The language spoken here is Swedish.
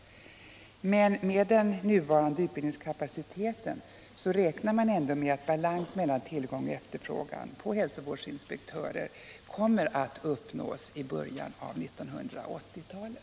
Men med den nuvarande utbildningskapaciteten räknar man ändå med att balans mellan tillgång och efterfrågan på hälsovårdsinspektörer kommer att uppnås i början på 1980-talet.